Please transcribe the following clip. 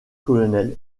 colonel